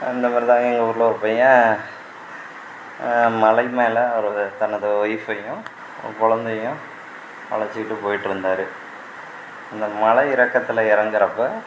அந்தமாதிரிதாங்க எங்கூரில் ஒரு பையன் மலைமேல் ஒரு தன்னோடய ஒயிஃப்பையும் குழந்தையும் அழைச்சிக்கிட்டு போயிட்டிருந்தாரு அந்த மலை இறக்கத்தில் இறங்குறப்ப